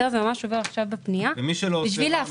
זה ממש עובר עכשיו בפנייה -- ומי שלא עושה את זה,